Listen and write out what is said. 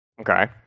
Okay